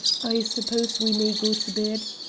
i suppose we may go to bed?